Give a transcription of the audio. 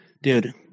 Dude